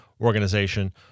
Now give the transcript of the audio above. Organization